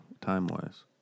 time-wise